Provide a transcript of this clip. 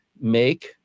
make